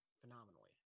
phenomenally